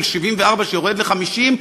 של 74% שיורד ל-50%,